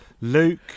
Luke